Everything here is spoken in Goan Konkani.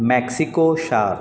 मेक्सिको शार